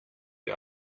die